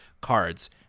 cards